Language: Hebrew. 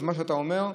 אז מה שאתה אומר,